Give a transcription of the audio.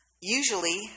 usually